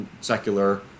secular